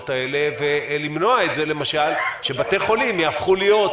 האלה ולמנוע למשל שבתי חולים יהפכו להיות